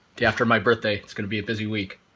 day after my birthday. it's going to be a busy week.